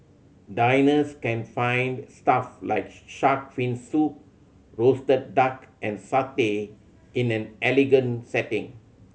diners can find stuff like shark fin soup roasted duck and satay in an elegant setting